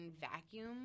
vacuum